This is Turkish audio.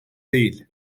değil